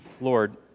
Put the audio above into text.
Lord